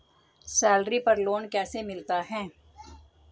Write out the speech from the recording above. Salary पर loan कैसे मिलता है?